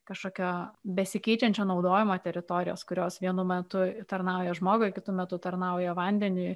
kažkokio besikeičiančio naudojimo teritorijos kurios vienu metu tarnauja žmogui kitu metu tarnauja vandeniui